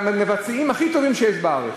המבצעים הכי טובים שיש בארץ,